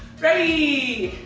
very